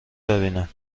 ببینم